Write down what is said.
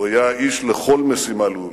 הוא היה איש לכל משימה לאומית.